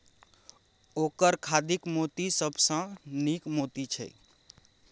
ओकर खाधिक मोती सबसँ नीक मोती छै